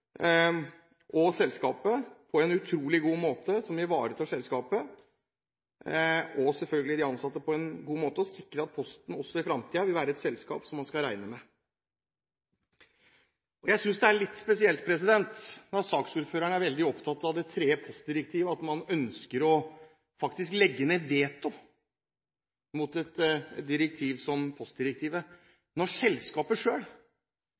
vil selskapet, sammen med de ansatte, komme igjennom på en utrolig god måte, som ivaretar selskapet og selvfølgelig de ansatte på en god måte, og som sikrer at Posten også i fremtiden vil være et selskap man skal regne med. Jeg synes det er litt spesielt at saksordføreren er veldig opptatt av det tredje postdirektivet, at man faktisk ønsker å legge ned veto mot et direktiv som